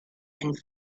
and